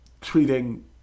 treating